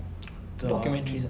the documentaries ah